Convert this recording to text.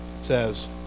says